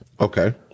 Okay